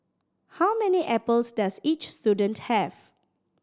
how many apples does each student have